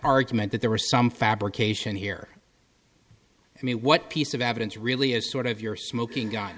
argument that there was some fabrication here i mean what piece of evidence really is sort of your smoking gu